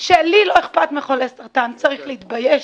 שלי לא כפת מחולי סרטן צריך להתבייש,